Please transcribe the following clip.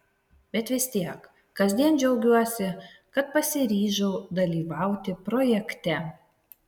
bet vis tiek kasdien džiaugiuosi kad pasiryžau dalyvauti projekte